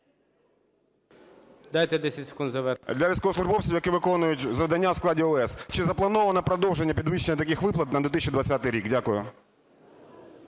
Дайте 10 секунд завершити.